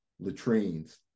latrines